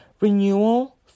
renewal